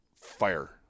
fire